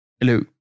Hello